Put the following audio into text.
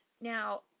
Now